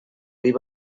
dir